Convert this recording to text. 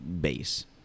base